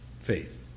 faith